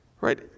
Right